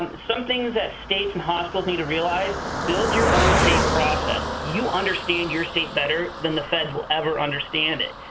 some things that states and hospitals need to realize, build your own state process. you understand your state better that the feds will ever understand it.